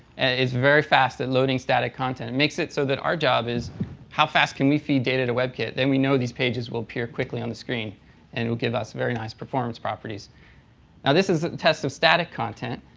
it's very fast at loading static content. it makes it so that our job is how fast can we feed data to webkit. then we know these pages will appear quickly on the screen and will give us very nice performs properties. now this is a test of static content.